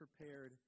prepared